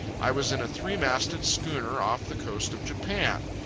i was in a three-masted schooner off the coast of japan.